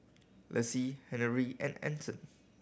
Laci Henery and Anson